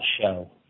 show